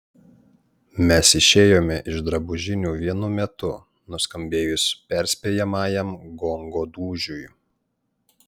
mes išėjome iš drabužinių vienu metu nuskambėjus perspėjamajam gongo dūžiui